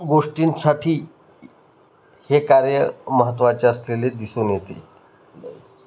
गोष्टींसाठी हे कार्य महत्त्वाचे असलेले दिसून येते